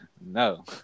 No